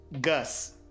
gus